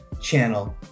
channel